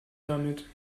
damit